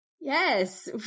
Yes